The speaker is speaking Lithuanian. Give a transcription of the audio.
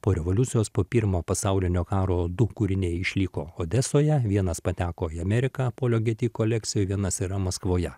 po revoliucijos po pirmo pasaulinio karo du kūriniai išliko odesoje vienas pateko į ameriką polio geti kolekcijoj vienas yra maskvoje